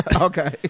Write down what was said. Okay